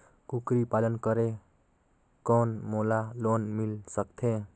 कूकरी पालन करे कौन मोला लोन मिल सकथे?